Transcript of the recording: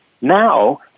now